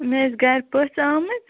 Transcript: مےٚ ٲسۍ گَرِ پٔژھ آمٕتۍ